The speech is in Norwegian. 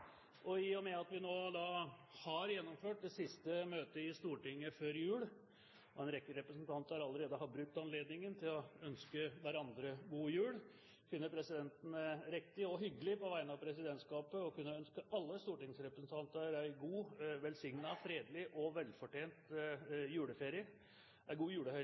og med at vi nå har gjennomført det siste møtet i Stortinget før jul, og en rekke representanter allerede har brukt anledningen til å ønske hverandre god jul, finner presidenten det riktig og hyggelig på vegne av presidentskapet å kunne ønske alle stortingsrepresentanter en god, velsignet, fredelig og velfortjent juleferie og en god